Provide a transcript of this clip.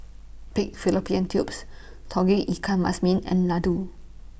Pig Fallopian Tubes Tauge Ikan Masin and Laddu